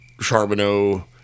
Charbonneau